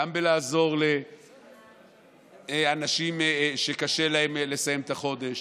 גם בלעזור לאנשים שקשה להם לסיים את החודש,